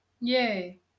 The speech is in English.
yay